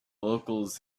locals